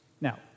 Now